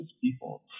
people